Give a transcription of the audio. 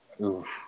oof